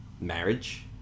marriage